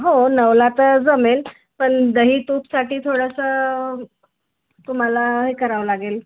हो नऊला तर जमेल पण दही तूपसाठी थोडंसं तुम्हाला हे करावं लागेल